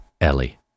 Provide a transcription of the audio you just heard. Ellie